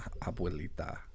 Abuelita